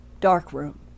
darkroom